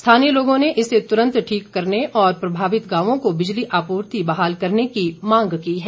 स्थानीय लोग ने इसे तुरंत ठीक करने और प्रभावित गांवों को बिजली आपूर्ति बहाल करने की मांग की है